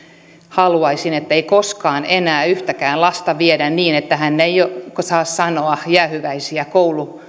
haluaisin ettei koskaan enää yhtäkään lasta viedä niin että hän ei saa sanoa jäähyväisiä koulun